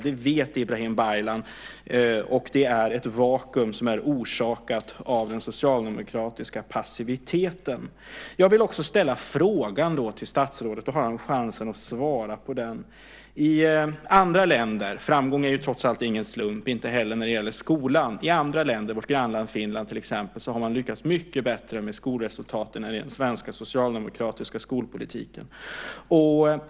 Det vet Ibrahim Baylan, och det är ett vakuum som är orsakat av den socialdemokratiska passiviteten. Jag vill också ställa en fråga till statsrådet. Då har han chansen att svara på den. Framgång är ju trots allt ingen slump, inte heller när det gäller skolan. I andra länder, vårt grannland Finland till exempel, har man lyckats mycket bättre med skolresultaten än i den svenska socialdemokratiska skolpolitiken.